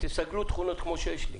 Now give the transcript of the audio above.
תסגלו תכונות כמו שיש לי.